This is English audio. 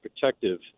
protective